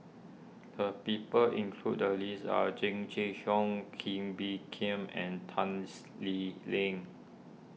the people included list are Jing Jun Hong Kee Bee Khim and Tans Lee Leng